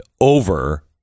over